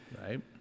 Right